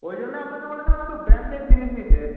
ওই জন্য আপনাকে বলেছিলাম একটু ব্র্যান্ডেড জিনিস নিতে